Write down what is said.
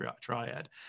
triad